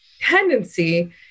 tendency